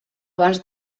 abans